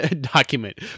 document